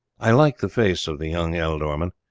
i like the face of the young ealdorman,